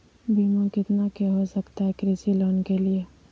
बीमा कितना के हो सकता है कृषि लोन के लिए?